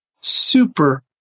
super